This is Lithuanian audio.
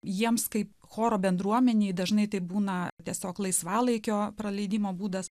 jiems kaip choro bendruomenei dažnai tai būna tiesiog laisvalaikio praleidimo būdas